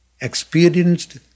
experienced